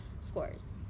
scores